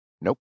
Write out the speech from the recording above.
Nope